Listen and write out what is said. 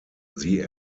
sie